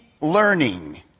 learning